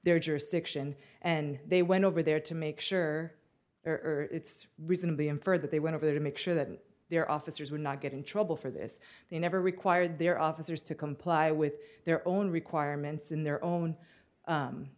their jurisdiction and they went over there to make sure it's reasonably infer that they went over to make sure that their officers would not get in trouble for this they never required their officers to comply with their own requirements in their own